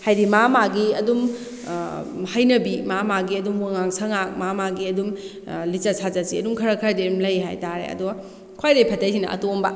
ꯍꯥꯏꯗꯤ ꯃꯥ ꯃꯥꯒꯤ ꯑꯗꯨꯝ ꯍꯩꯅꯕꯤ ꯃꯥ ꯃꯥꯒꯤ ꯑꯗꯨꯝ ꯋꯥꯉꯥꯡ ꯁꯉꯥꯡ ꯃꯥ ꯃꯥꯒꯤ ꯑꯗꯨꯝ ꯂꯤꯆꯠ ꯁꯥꯖꯠꯁꯦ ꯑꯗꯨꯝ ꯈꯔ ꯈꯔꯗꯤ ꯑꯗꯨꯝ ꯂꯩ ꯍꯥꯏꯇꯥꯔꯦ ꯑꯗꯣ ꯈ꯭ꯋꯥꯏꯗꯒꯤ ꯐꯠꯇꯔꯤꯁꯤꯅ ꯑꯇꯣꯝꯕ